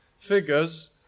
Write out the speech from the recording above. figures